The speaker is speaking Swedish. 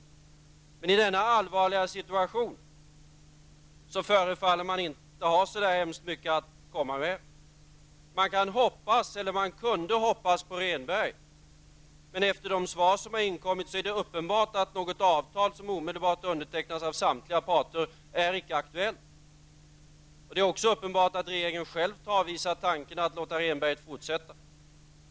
Men i denna allvarliga situation förefaller man inte ha så hemskt mycket att komma med. Man kunde hoppas på Rehnberg, men efter de svar som har inkommit är det uppenbart att något avtal som omedelbart undertecknas av samtliga parter icke är aktuellt. Det är också uppenbart att regeringen själv avvisar tanken att låta Rehnberg fortsätta.